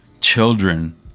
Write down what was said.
children